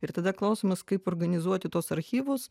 ir tada klausimas kaip organizuoti tuos archyvus